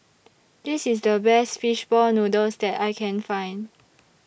This IS The Best Fish Ball Noodles that I Can Find